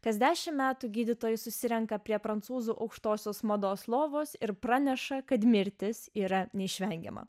kas dešim metų gydytojai susirenka prie prancūzų aukštosios mados lovos ir praneša kad mirtis yra neišvengiama